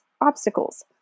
obstacles